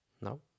no